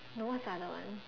no what's the other one